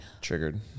Triggered